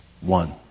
one